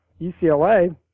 UCLA